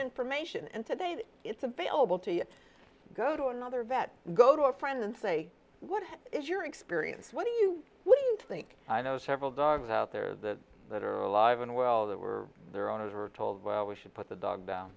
information and today that it's available to you go to another vet go to a friend and say what is your experience what do you what do you think i know several dogs out there that that are alive and well that were their owners were told well we should put the dog